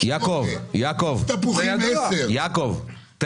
מיץ תפוחים 10. יעקב,